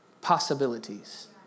possibilities